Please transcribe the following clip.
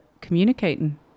communicating